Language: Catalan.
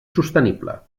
sostenible